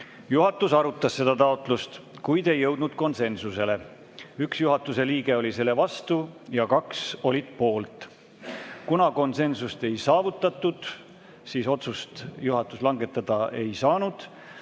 Juhatus arutas seda taotlust, kuid ei jõudnud konsensusele, 1 juhatuse liige oli selle vastu ja 2 olid poolt. Kuna konsensust ei saavutatud, ei saanud juhatus otsust langetada.